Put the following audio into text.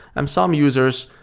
um some users,